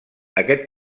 aquest